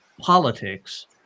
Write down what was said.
politics